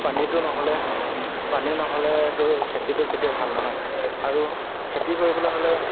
পানীটো নহ'লে পানী নহ'লেতো খেতিটো কেতিয়াও ভাল নহয় আৰু খেতি কৰিবলৈ হ'লে